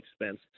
expense